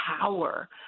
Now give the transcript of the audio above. power